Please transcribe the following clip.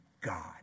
God